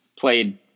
Played